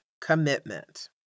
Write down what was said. commitment